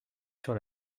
sur